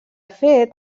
fet